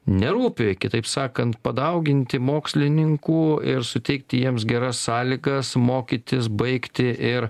nerūpi kitaip sakant padauginti mokslininkų ir suteikti jiems geras sąlygas mokytis baigti ir